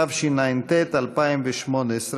התשע"ט 2018,